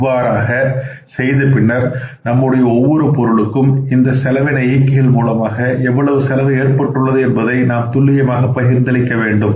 இவ்வாறாக செய்த பின்னர் நம்முடைய ஒவ்வொரு பொருளுக்கும் இந்த செலவினை இயக்கிகள் மூலமாக எவ்வளவு செலவு ஏற்பட்டுள்ளது என்பதை நாம் துல்லியமாக பகிர்ந்தளிக்க வேண்டும்